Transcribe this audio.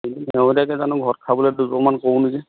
ভেণ্ডি আগতিয়াকৈ জানো ঘৰত খাবলৈ দুজোপামান কৰোঁ নেকি